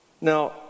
Now